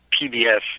PBS